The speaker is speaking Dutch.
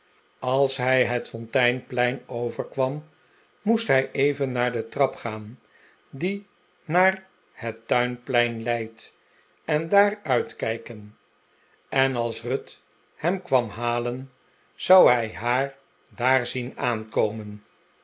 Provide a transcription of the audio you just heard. als hij het fonteinplein overkwam r moest hij even naar de trap gaan die naar het tuinplein leidt en daar uitkijken en als ruth hem kwam halen zou hij haar daar zien aankomen